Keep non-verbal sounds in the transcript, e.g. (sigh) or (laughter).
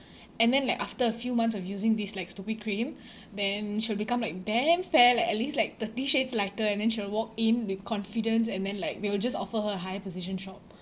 and then like after a few months of using this like stupid cream (breath) then she'll become like damn fair like at least like thirty shades lighter and then she will walk in with confidence and then like they will just offer her a higher position job